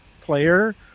player